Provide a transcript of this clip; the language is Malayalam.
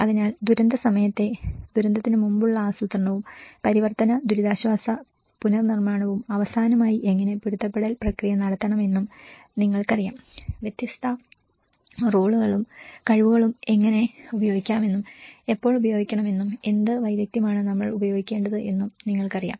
അതിനാൽ ദുരന്തസമയത്തെ ദുരന്തത്തിന് മുമ്പുള്ള ആസൂത്രണവും പരിവർത്തന ദുരിതാശ്വാസവും പുനർനിർമ്മാണവും അവസാനമായി എങ്ങനെ പൊരുത്തപ്പെടുത്തൽ പ്രക്രിയ നടത്തണം എന്നും നിങ്ങൾക്കറിയാം വ്യത്യസ്ത റോളുകളും കഴിവുകളും എങ്ങനെ ഉപയോഗിക്കാമെന്നും എപ്പോൾ ഉപയോഗിക്കണമെന്നും എന്ത് വൈദഗ്ധ്യമാണ് നമ്മൾ ഉപയോഗിക്കേണ്ടത് എന്നും നിങ്ങൾക്കറിയാം